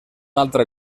altre